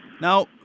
Now